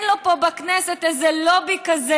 אולי אין לו פה בכנסת לובי כזה,